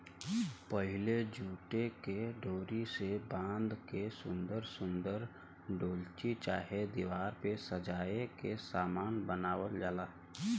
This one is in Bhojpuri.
पहिले जूटे के डोरी से बाँध के सुन्दर सुन्दर डोलची चाहे दिवार पे सजाए के सामान बनावल जाला